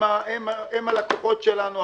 הם הלקוחות שלנו,